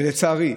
לצערי,